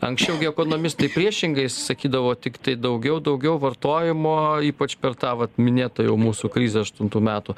anksčiau gi ekonomistai priešingai sakydavo tiktai daugiau daugiau vartojimo ypač per tą vat minėtą jau mūsų krizę aštuntų metų